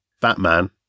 Batman